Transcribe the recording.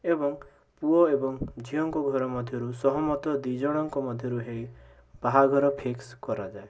ଏବଂ ପୁଅ ଏବଂ ଝିଅଙ୍କ ଘର ମଧ୍ୟରୁ ସହମତ ଦୁଇ ଜଣଙ୍କ ମଧ୍ୟରୁ ହୋଇ ବାହାଘର ଫିକ୍ସ୍ କରାଯାଏ